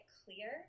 clear